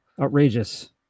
outrageous